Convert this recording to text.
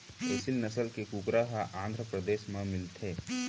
एसील नसल के कुकरा ह आंध्रपरदेस म मिलथे